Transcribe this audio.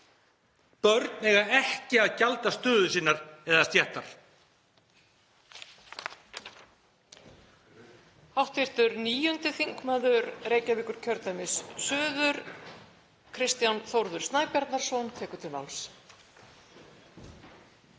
Börn eiga ekki að gjalda stöðu sinnar eða stéttar.